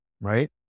right